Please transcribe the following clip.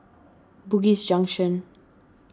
Bugis Junction